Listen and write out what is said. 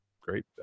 great